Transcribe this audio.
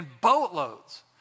boatloads